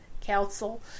Council